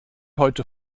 heute